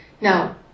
Now